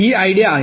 ही idea आहे